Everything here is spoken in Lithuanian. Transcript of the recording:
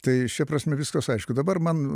tai šia prasme viskas aišku dabar man